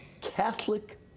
catholic